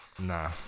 Nah